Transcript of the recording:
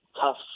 tough